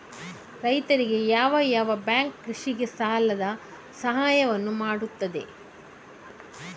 ರೈತರಿಗೆ ಯಾವ ಯಾವ ಬ್ಯಾಂಕ್ ಕೃಷಿಗೆ ಸಾಲದ ಸಹಾಯವನ್ನು ಮಾಡ್ತದೆ?